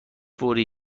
فوری